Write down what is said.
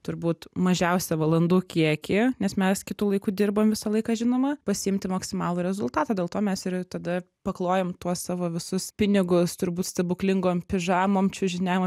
turbūt mažiausią valandų kiekį nes mes kitu laiku dirbam visą laiką žinoma pasiimti maksimalų rezultatą dėl to mes ir tada paklojam tuos savo visus pinigus turbūt stebuklingom pižamom čiužiniam